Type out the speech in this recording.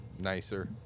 nicer